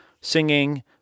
singing